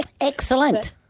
Excellent